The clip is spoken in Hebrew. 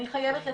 אני חייבת לציין,